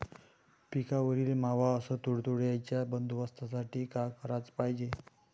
पिकावरील मावा अस तुडतुड्याइच्या बंदोबस्तासाठी का कराच पायजे?